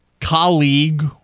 colleague